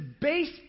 base